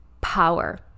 power